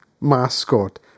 mascot